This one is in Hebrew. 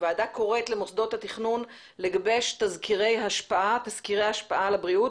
הוועדה קוראת למוסדות התכנון לגבש תסקירי השפעה על הבריאות